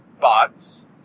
bots